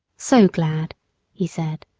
so glad he said,